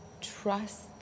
trust